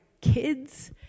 kids